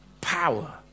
power